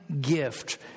gift